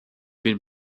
been